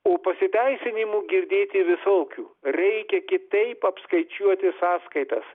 o pasiteisinimų girdėti visokių reikia kitaip apskaičiuoti sąskaitas